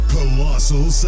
Colossal